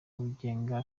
wigenga